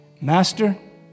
Master